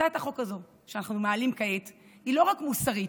הצעת החוק הזאת שאנחנו מעלים כעת היא לא רק מוסרית